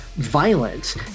Violence